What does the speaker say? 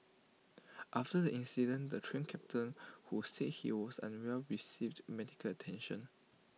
after the incident the Train Captain who said he was unwell received medical attention